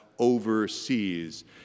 overseas